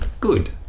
good